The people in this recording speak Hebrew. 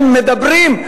הם מדברים,